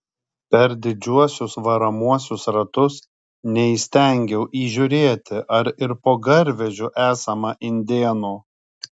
per didžiuosius varomuosius ratus neįstengiau įžiūrėti ar ir po garvežiu esama indėnų